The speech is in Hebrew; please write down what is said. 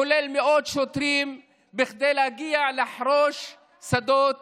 כולל מאות שוטרים, שהגיעו כדי לחרוש שדות